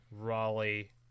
raleigh